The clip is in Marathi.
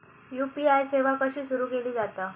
यू.पी.आय सेवा कशी सुरू केली जाता?